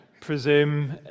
presume